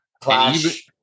Clash